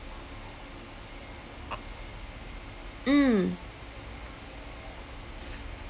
mm